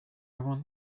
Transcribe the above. want